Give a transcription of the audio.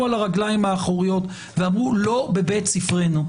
על הרגליים האחוריות ולא אמרו: לא בבית ספרנו.